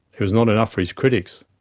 it was not enough for his critics.